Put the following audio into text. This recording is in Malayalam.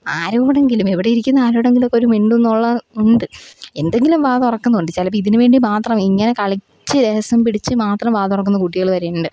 ആരോടെങ്കിലും ഇവിടെയിരിക്കുന്ന ആരോടെങ്കിലും ഒക്കെ ഒരു മിണ്ടുമെന്നുള്ള ഉണ്ട് എന്തെങ്കിലും വായ തുറക്കുന്നുണ്ട് ചിലപ്പം ഇതിനു വേണ്ടി മാത്രം ഇങ്ങനെ കളിച്ചു രസം പിടിച്ച് മാത്രം വാ തുറക്കുന്ന കുട്ടികൾ വരെയുണ്ട്